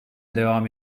devam